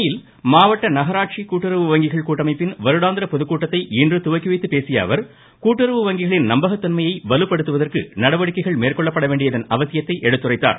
புனேயில் மாவட்ட நகராட்சி கூட்டுறவு வங்கிகள் கூட்டமைப்பின் வருடாந்திர பொதுக்கூட்டத்தை இன்று துவக்கிவைத்துப் பேசியஅவர் கூட்டுறவு வங்ககளின் நம்பகத்தன்மையை வலுப்படுத்துவதற்கு நடவடிக்கைகள் மேற்கொள்ளப்பட வேண்டியதன் அவசியத்தை எடுத்துரைத்தார்